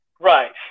Right